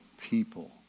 people